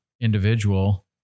individual